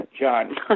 John